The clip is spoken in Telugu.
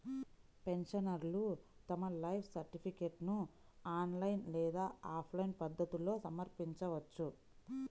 పెన్షనర్లు తమ లైఫ్ సర్టిఫికేట్ను ఆన్లైన్ లేదా ఆఫ్లైన్ పద్ధతుల్లో సమర్పించవచ్చు